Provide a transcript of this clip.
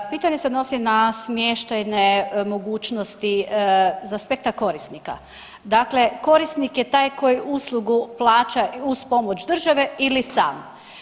Pitanje se odnosi na smještajne mogućnosti za spekta korisnika, dakle korisnik je taj koji uslugu plaća uz pomoć države ili sam.